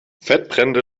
fettbrände